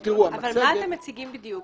אבל מה אתם מציגים בדיוק?